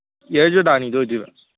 year ꯖꯣꯔꯗꯥꯟꯒꯤꯗꯣ ꯑꯣꯏꯗꯣꯏꯕ